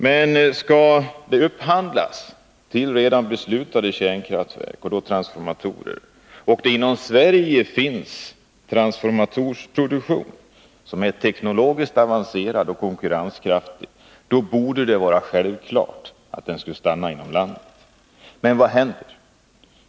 Men skall det upphandlas transformatorer till redan beslutade kärnkraftverk och det inom Sverige finns en transformatorproduktion som är teknologiskt avancerad och konkurrenskraftig, borde det vara självklart att upphandlingen skall stanna inom Sverige. Men vad händer?